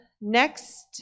next